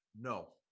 No